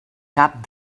cap